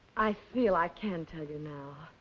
i feel i can tell you now.